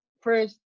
first